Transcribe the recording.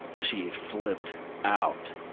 she flipped out,